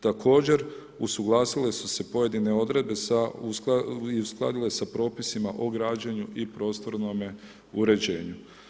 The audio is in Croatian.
Također, usuglasile su se pojedine odredbe i uskladile sa propisima o građenju i prostornom uređenju.